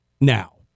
now